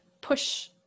push